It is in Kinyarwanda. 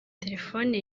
telefone